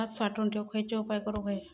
भात साठवून ठेवूक खयचे उपाय करूक व्हये?